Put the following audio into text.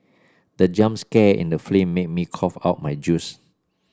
the jump scare in the film made me cough out my juice